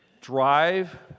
drive